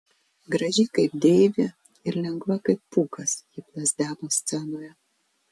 graži kaip deivė ir lengva kaip pūkas ji plazdeno scenoje